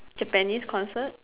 Japanese concert